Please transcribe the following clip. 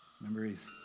Memories